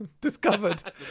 Discovered